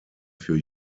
für